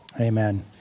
Amen